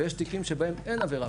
אבל יש תיקים שבהם אין עבירה פלילית.